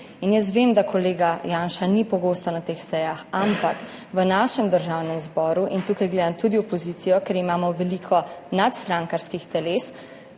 Jaz vem, da kolega Janša ni pogosto na teh sejah, ampak v Državnem zboru, in tukaj gledam tudi opozicijo, ker imamo veliko nadstrankarskih teles,